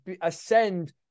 ascend